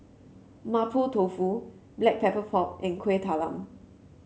Mapo Tofu Black Pepper Pork and Kuih Talam